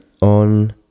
on